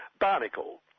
barnacle